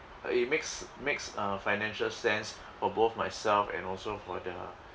uh it makes makes uh financial sense for both myself and also for the